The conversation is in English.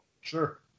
Sure